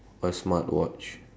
or smartwatch